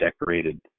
decorated